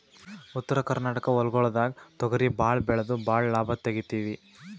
ಉತ್ತರ ಕರ್ನಾಟಕ ಹೊಲ್ಗೊಳ್ದಾಗ್ ತೊಗರಿ ಭಾಳ್ ಬೆಳೆದು ಭಾಳ್ ಲಾಭ ತೆಗಿತೀವಿ